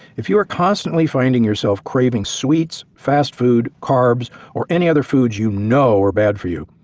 if you are constantly finding yourself craving sweets, fast food, carbs or any other foods you know are bad for you,